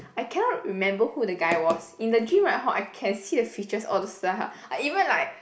I cannot remember who that guy was in the dream right hor I can see the features all the stuff I even like